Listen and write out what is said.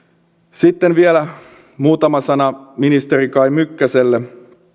sitten vielä muutama sana ministeri kai mykkäselle